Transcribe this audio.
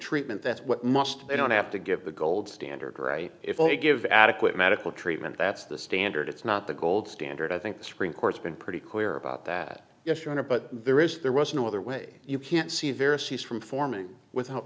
treatment that's what must they don't have to give the gold standard right if you give adequate medical treatment that's the standard it's not the gold standard i think the supreme court's been pretty clear about that yes your honor but there is there was no other way you can't see various fees from forming without